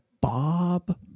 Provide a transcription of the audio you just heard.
Bob